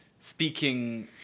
speaking